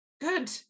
Good